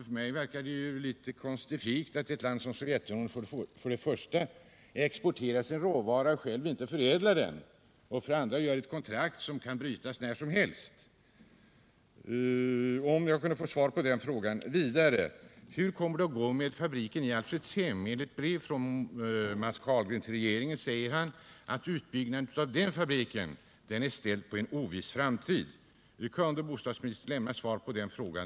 För mig verkar det litet konstifikt att ett land som Sovjetunionen för det första exporterar sin råvara och själv inte förädlar den och för det andra gör ett kontrakt som kan brytas när som helst. Vidare: Hur kommer det att gå med fabriken i Alfredshem? I brev till regeringen säger Matts Carlgren att utbyggnaden av den fabriken är ställd på en oviss framtid. Kan bostadsministern lämna svar på den frågan?